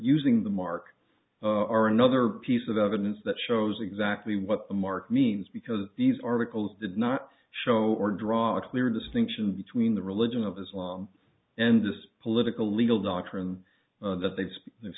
using the mark are another piece of evidence that shows exactly what the mark means because these articles did not show or draw a clear distinction between the religion of islam and this political legal doctrine that they say they've